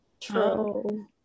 True